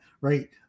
right